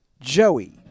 Joey